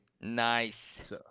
Nice